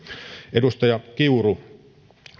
edustaja kiuru